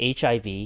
HIV